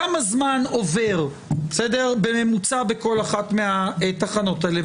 כמה זמן עובר בממוצע בכל אחת מהתחנות האלה.